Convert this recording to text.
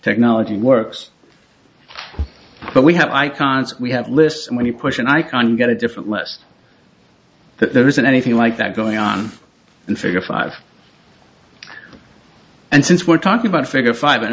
technology works but we have icons we have lists and when you push in i can get a different list that there isn't anything like that going on in figure five and since we're talking about figure five and